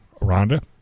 Rhonda